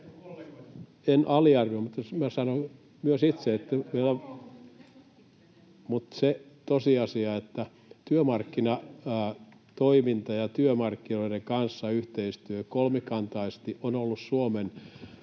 En aliarvioi, mutta minä sanon myös itse, että on... Mutta se on tosiasia, että työmarkkinatoiminta ja työmarkkinoiden kanssa yhteistyö kolmikantaisesti on ollut Suomen